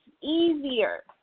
easier